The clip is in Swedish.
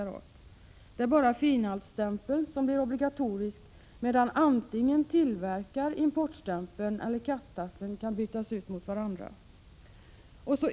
Det är bara finhaltstämpeln som blir obligatorisk, medan antingen tillverkar-/- importstämpeln eller ”kattassen” kan bytas mot varandra.